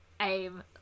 aim